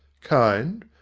kind?